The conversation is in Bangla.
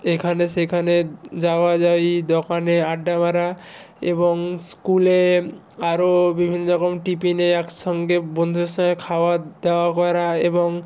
এখানে সেখানে যাওয়া যাওয়ি দোকানে আড্ডা মারা এবং স্কুলে আরও বিভিন্ন রকম টিফিনে একসঙ্গে বন্ধুদের সঙ্গে খাওয়া দাওয়া করা এবং